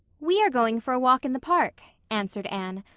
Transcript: we are going for a walk in the park, answered anne.